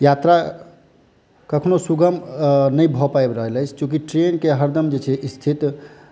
यात्रा कखनो सुगम नहि भऽ पाबि रहल अछि चूँकि ट्रैन क हरदम जे छै स्थिति